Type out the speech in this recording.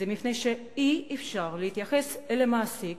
מפני שאי-אפשר להתייחס למעסיק